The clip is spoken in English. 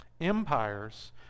Empires